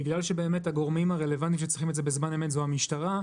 בגלל שבאמת הגורמים הרלוונטיים שצריכים את זה בזמן אמת זאת המשטרה,